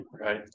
Right